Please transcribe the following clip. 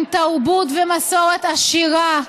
עם תרבות ומסורת עשירות,